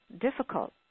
difficult